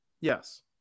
yes